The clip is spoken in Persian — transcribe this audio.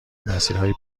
مسیرهای